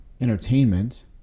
entertainment